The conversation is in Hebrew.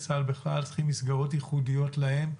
צה"ל בכלל צריכים מסגרות ייחודיות להם.